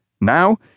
Now